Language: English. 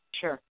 Sure